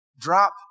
Drop